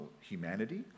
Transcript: humanity